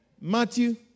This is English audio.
Matthew